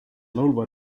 laulva